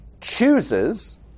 chooses